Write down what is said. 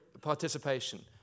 participation